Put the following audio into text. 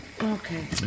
Okay